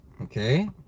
okay